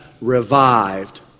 revived